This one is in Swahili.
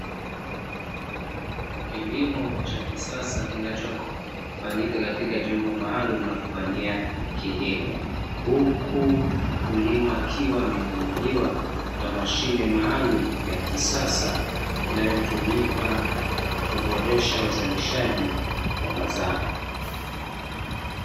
Kilimo cha kisasa, kinachofanyika katika jumba maalumu la kufanyia kilimo, huku mkulima akiwa amenyanyuliwa na mashine maalumu ya kisasa, inayotumika kuboresha uzalishaji wa mazao.